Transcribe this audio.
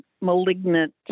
malignant